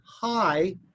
high